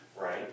right